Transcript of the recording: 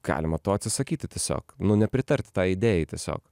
galima to atsisakyti tiesiog nu nepritarti tai idėjai tiesiog